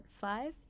five